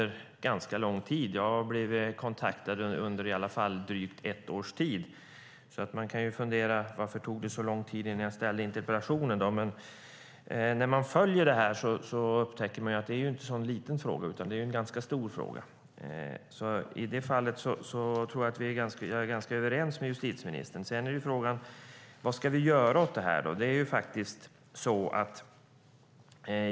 I alla fall under drygt ett års tid har jag blivit kontaktad. Man kan fundera över varför det tagit så lång tid att ställa interpellationen. Men när man följer detta upptäcker man att det inte är en liten fråga. Tvärtom är det en ganska stor fråga. I det avseendet tror jag att justitieministern och jag är ganska överens. Vad ska vi då göra åt det här?